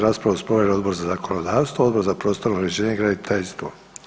Raspravu su proveli Odbor za zakonodavstvo, Odbor za prostorno uređenje, graditeljstvo.